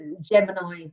Gemini